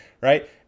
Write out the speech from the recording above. right